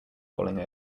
rolling